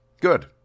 Good